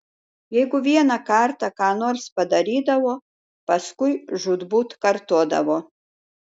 jeigu vieną kartą ką nors padarydavo paskui žūtbūt kartodavo